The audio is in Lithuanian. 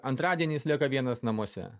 antradienį jis lieka vienas namuose